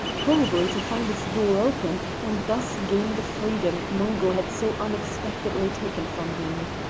probably to find its door open, and thus gain the freedom mungo had so unexpectedly taken from him.